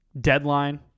deadline